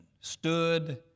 stood